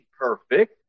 perfect